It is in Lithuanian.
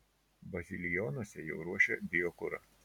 bazilionuose jau ruošia biokurą